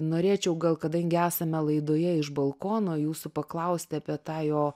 norėčiau gal kadangi esame laidoje iš balkono jūsų paklausti apie tą jo